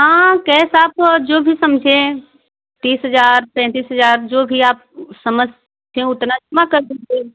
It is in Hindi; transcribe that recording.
हाँ कैस आप जो भी समझें तीस हजार पैंतीस हजार जो भी आप समझते हैं उतना मा कर दीजिए